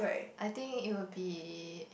I think it will be